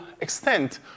extent